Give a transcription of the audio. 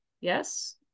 Yes